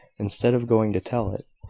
instead of going to tell it,